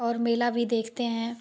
और मेला भी देखते हैं